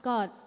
God